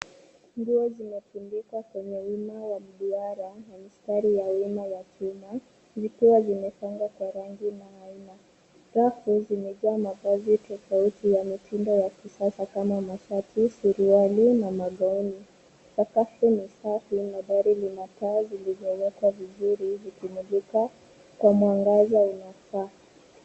Nguo zimetundikwa kwenye wima wa duara na mistari ya wima ya chuma, zikiwa zimepangwa kwa rangi na aina. Rafu zimejaa mavazi tofauti ya mitindo ya kisasa kama mashati, suruali na magauni. Sakafu ni safi na dari lina taa zilizowekwa vizuri vikimulika kwa mwangaza unafaa.